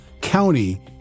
county